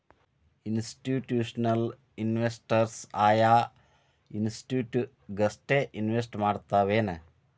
Institutional investors ಆಯಾ institute ಗಷ್ಟ invest ಮಾಡ್ತಾವೆನ್?